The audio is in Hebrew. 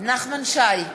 נחמן שי,